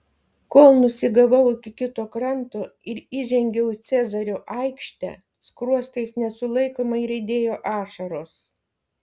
kol nusigavau iki kito kranto ir įžengiau į cezario aikštę skruostais nesulaikomai riedėjo ašaros